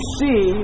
see